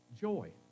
Joy